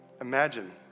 Imagine